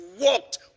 walked